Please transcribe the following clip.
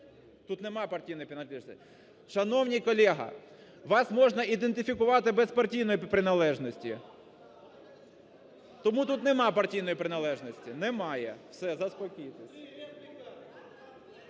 Тут нема партійної приналежності. Шановний колего, вас можна ідентифікувати без партійної приналежності. Тому тут нема партійної приналежності, немає, все, заспокойтеся.